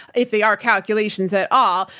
if they are calculations at all,